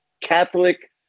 Catholic